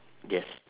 yes